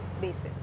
basis